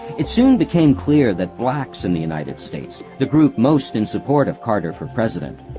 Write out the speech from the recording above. it soon became clear that blacks in the united states, the group most in support of carter for president,